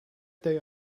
they